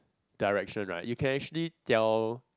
direction right you can actually tell